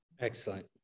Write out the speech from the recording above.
Excellent